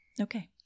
Okay